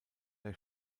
der